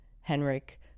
Henrik